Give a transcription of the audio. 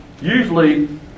Usually